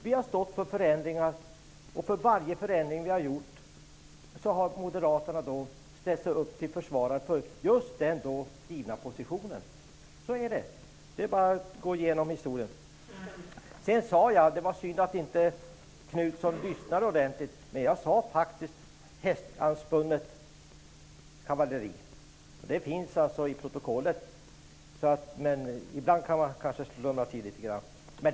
Vi har stått för förändringar, och för varje förändring vi har genomfört har Moderaterna ställt sig upp till försvar för den just då givna positionen. Så är det. Det är bara att se på historien. Det var synd att Knutson inte lyssnade ordentlig. Men jag sade faktiskt hästanspänt kavalleri. Det finns i protokollet. Men ibland kan man slumra till något.